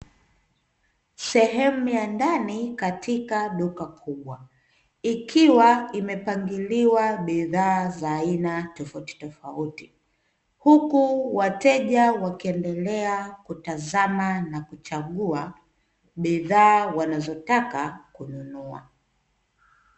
Sehemu ya ndani katika duka kubwa ikiwa imepangiliwa bidhaa za aina tofautitofauti, huku wateja wakiendelea kutazama na kuchagua bidhaa wanazotaka kununua.